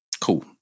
Cool